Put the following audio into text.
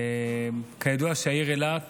כידוע העיר אילת